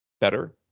better